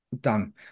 Done